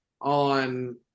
on